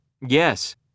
Yes